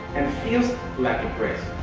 and feels like a breast.